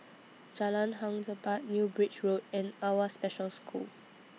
Jalan Hang Jebat New Bridge Road and AWWA Special School